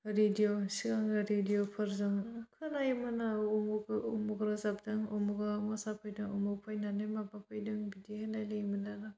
radio सिगांनो रेदिअ'फोरजों खोनायोमोन आरो उमुख उमुख रोजाबदों उमुखआ मोसाफैदों उमुख फैनानै माबाफैदों बिदि होनलायलायोमोन आरो